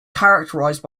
characterized